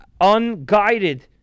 unguided